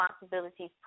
responsibilities